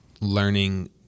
learning